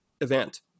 event